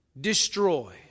destroy